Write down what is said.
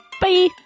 Bye